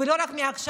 ולא רק מעכשיו,